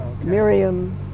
Miriam